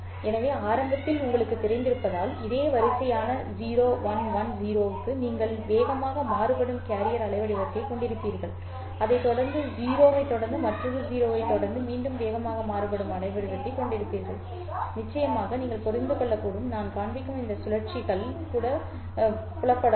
எனவே ஆரம்பத்தில் உங்களுக்குத் தெரிந்திருப்பதால் அதே வரிசையான 0110 க்கு நீங்கள் வேகமாக மாறுபடும் கேரியர் அலைவடிவத்தைக் கொண்டிருப்பீர்கள் அதைத் தொடர்ந்து 0 ஐத் தொடர்ந்து மற்றொரு 0 ஐத் தொடர்ந்து மீண்டும் வேகமாக மாறுபடும் அலைவடிவத்தைக் கொண்டிருப்பீர்கள் நிச்சயமாக நீங்கள் புரிந்து கொள்ள வேண்டும் நான் காண்பிக்கும் இந்த சுழற்சிகள் கூட புலப்படாது